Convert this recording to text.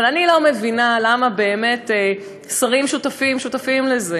אבל אני לא מבינה למה באמת שרים שותפים לזה.